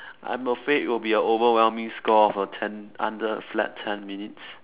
I'm afraid it'll be a overwhelming score of a ten under a flat ten minutes